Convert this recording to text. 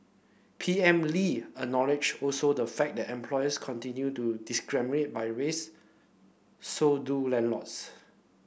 P M Lee acknowledged also the fact that employers continue to discriminate by race so do landlords